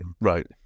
right